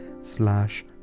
slash